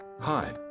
Hi